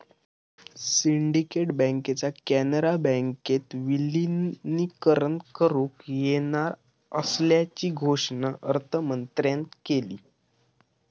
syndicate बँकेचा कॅनरा बँकेत विलीनीकरण करुक येणार असल्याची घोषणा अर्थमंत्र्यांन केली